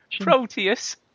Proteus